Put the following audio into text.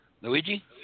Luigi